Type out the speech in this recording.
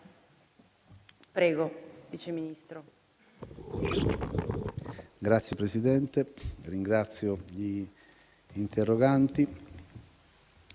Signor Presidente, ringrazio gli interroganti.